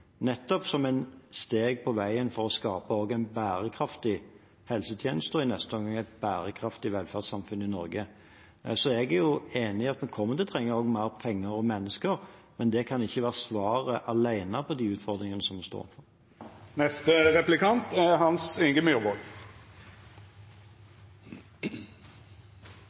nettopp som et steg på veien til å skape også en bærekraftig helsetjeneste og i neste omgang et bærekraftig velferdssamfunn i Norge. Så jeg er enig i at vi kommer til å trenge mer penger og mennesker, men det kan ikke være svaret alene på de utfordringene som vi står